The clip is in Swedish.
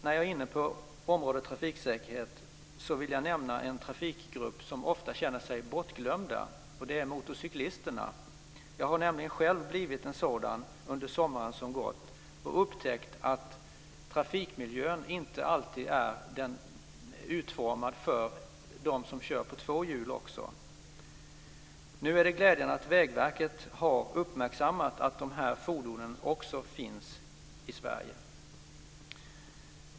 När jag är inne på området trafiksäkerhet vill jag nämna en trafikgrupp som ofta känner sig bortglömd, nämligen motorcyklisterna. Jag har själv blivit en sådan under sommaren som gått och upptäckt att trafikmiljön inte alltid är utformad för dem som kör på två hjul. Nu har Vägverket glädjande nog upptäckt att de här fordonen också finns i Sverige.